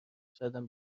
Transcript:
شایدم